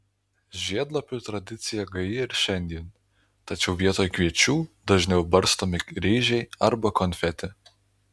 žiedlapių tradicija gaji ir šiandien tačiau vietoj kviečių dažniau barstomi ryžiai arba konfeti